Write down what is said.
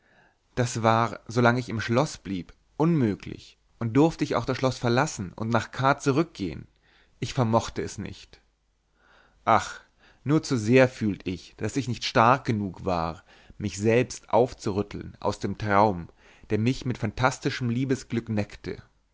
das war solange ich im schlosse blieb unmöglich und durfte ich auch das schloß verlassen und nach k zurückgehen ich vermochte es nicht ach nur zu sehr fühlt ich daß ich nicht stark genug war mich selbst aufzurütteln aus dem traum der mich mit fantastischem liebesglück neckte